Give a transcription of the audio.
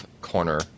corner